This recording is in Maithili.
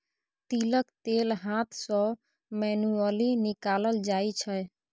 तिलक तेल हाथ सँ मैनुअली निकालल जाइ छै